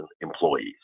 employees